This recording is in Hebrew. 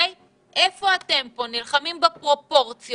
איפה אתם פה נלחמים בפרופורציות